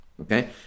okay